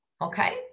okay